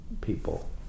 people